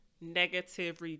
negative